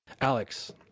Alex